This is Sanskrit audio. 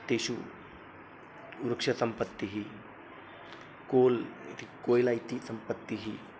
तेषु वृक्षसम्पत्तिः कोल् इति कोय्ल इति सम्पत्तिः